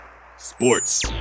Sports